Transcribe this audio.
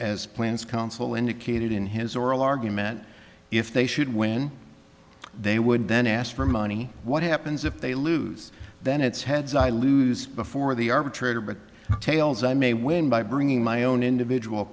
as plans counsel indicated in his oral argument if they should win they would then ask for money what happens if they lose then it's heads i lose before the arbitrator but tails i may win by bringing my own individual